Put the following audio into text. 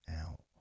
out